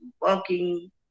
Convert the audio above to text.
walking